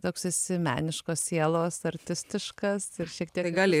toks esi meniškos sielos artistiškas ir šiek tiek gali